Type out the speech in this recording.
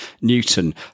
Newton